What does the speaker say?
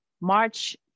March